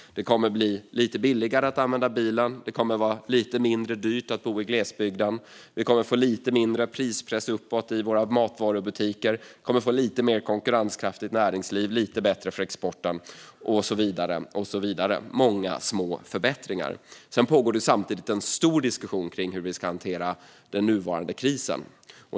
Det kommer att bli lite billigare att använda bilen. Det kommer att vara lite mindre dyrt att bo i glesbygden. Vi kommer att få lite mindre prispress uppåt i våra matvarubutiker. Vi kommer att få ett lite mer konkurrenskraftigt näringsliv, få det lite bättre för exporten och så vidare. Det är många små förbättringar. Sedan pågår det samtidigt en stor diskussion om hur vi ska hantera den nuvarande krisen.